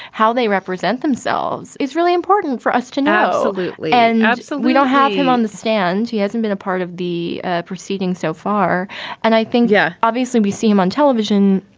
how they represent themselves is really important for us to know. so lutely and so we don't have him on the stand. he hasn't been a part of the ah proceedings so far and i think, yeah, obviously, we see him on television.